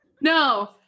No